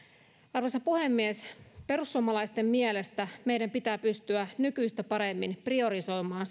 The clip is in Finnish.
arvoisa puhemies perussuomalaisten mielestä meidän pitää pystyä nykyistä paremmin priorisoimaan